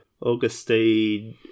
Augustine